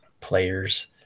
players